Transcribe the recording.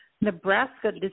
Nebraska